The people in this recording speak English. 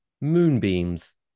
moonbeams